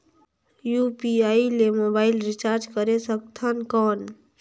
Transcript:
UPI ले mobile recharge करे सकथन कौन?